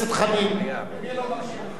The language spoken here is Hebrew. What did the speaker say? ומי לא מקשיב לחזונו של ז'בוטינסקי שמת לב?